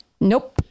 Nope